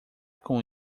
com